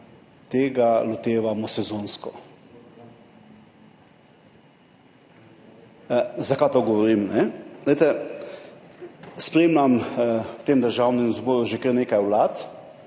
tega lotevamo sezonsko. Zakaj to govorim? Spremljam v Državnem zboru že kar nekaj vlad,